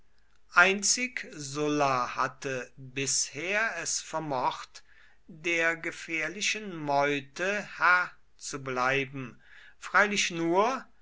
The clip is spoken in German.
einzig sulla hatte bisher es vermocht der gefährlichen meute herr zu bleiben freilich nur